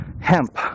hemp